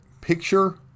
Picture